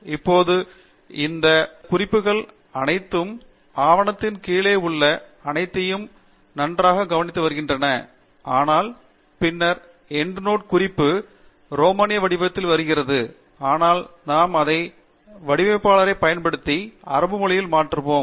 இப்போது இந்த குறிப்புகள் அனைத்தும் ஆவணத்தின் கீழே உள்ள அனைத்தையும் நன்றாக கவனித்து வருகின்றன ஆனால் பின்னர் எண்டோநோட் குறிப்பு ரோமானிய வடிவத்தில் வருகிறது ஆனால் நாம் அதை வடிவமைப்பாளரை பயன்படுத்தி அரபு மொழியில் மாற்றுவோம்